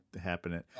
happening